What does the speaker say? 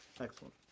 Excellent